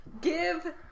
give